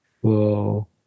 Whoa